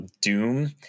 Doom